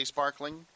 Sparkling